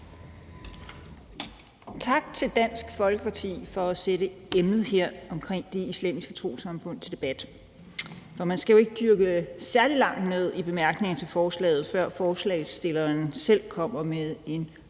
Tak til Dansk Folkeparti for at sætte emnet her omkring Det Islamiske Trossamfund til debat. For man skal jo ikke dykke særlig langt ned i bemærkningerne til forslaget, før forslagsstilleren selv kommer med en